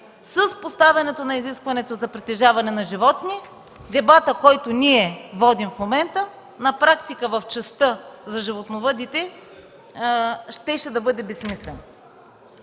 с поставяне на изискването за притежаване на животни, дебатът, който ние водим в момента, на практика в частта за животновъдите, щеше да бъде безсмислен.